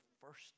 first